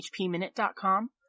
HPMinute.com